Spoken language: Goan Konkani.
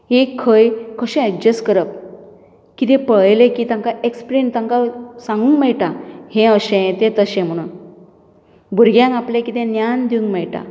की खंय कशें एडजस्ट करप कितें पळयलें की तांकां एक्सप्लेन तांकां सांगूंक मेळटा हें अशें तें तशें म्हणून भुरग्यांक आपलें कितें ज्ञान दिवंक मेळटा